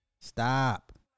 stop